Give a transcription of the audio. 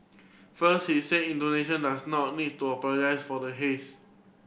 first he said Indonesia does not need to apologise for the haze